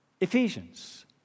Ephesians